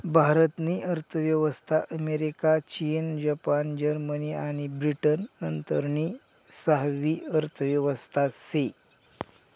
भारत नी अर्थव्यवस्था अमेरिका, चीन, जपान, जर्मनी आणि ब्रिटन नंतरनी सहावी अर्थव्यवस्था शे